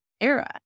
era